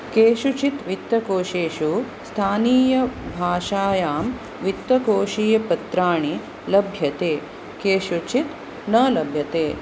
केषुचित् वित्तकोषेषु स्थानीयभाषायां वित्तकोषीयपत्राणि लभ्यते केषुचित् न लभ्यते